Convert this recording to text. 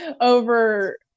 over